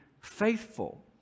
faithful